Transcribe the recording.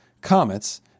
comets